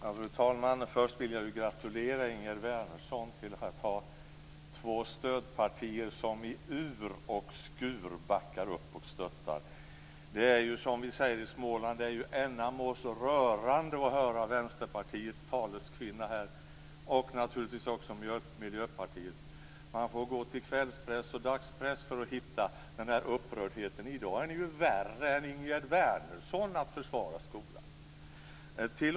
Fru talman! Först vill jag gratulera Ingegerd Wärnersson till att ha två stödpartier som i ur och skur backar upp och stöttar. Det är som vi säger i Småland ännamos rörande att höra Vänsterpartiets taleskvinna och naturligtvis Miljöpartiets representant. Man får gå till kvällspress och dagspress för att hitta den upprördheten. I dag är ni ju värre än Ingegerd Wärnersson när det gäller att försvara skolan.